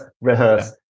Rehearse